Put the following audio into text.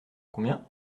combien